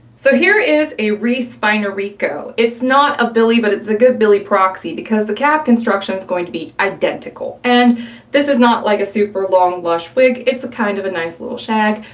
so here is a reese by noriko, it's not a billie, but it's a good billie proxy, because the cap construction is going to be identical and this is not like a super long, lush wig, it's a kind of nice little shag,